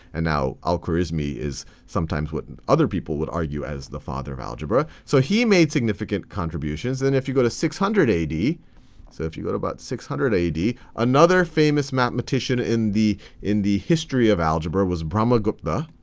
and now, al-khwarizmi is sometimes what and other people would argue as the father of algebra, so he made significant contributions. and if you go to six hundred ad so if you go to about six hundred ad, another famous mathematician in the in the history of algebra was brahmagupta,